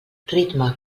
ritme